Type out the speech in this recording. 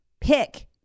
pick